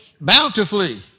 bountifully